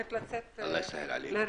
צריכה לצאת.